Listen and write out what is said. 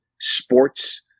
sports